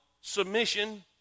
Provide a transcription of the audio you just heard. submission